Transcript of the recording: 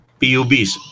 pubs